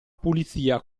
pulizia